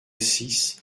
six